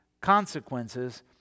consequences